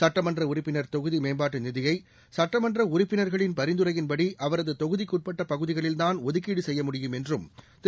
சட்டமன்ற உறுப்பினர் தொகுதி மேம்பாட்டு நிதியை சட்டமன்ற உறுப்பினர்களின் பரிந்துரையின்படி அவரது தொகுதிக்குட்பட்ட பகுதிகளில் தான் ஒதுக்கீடு செய்ய முடியும் என்றும் திரு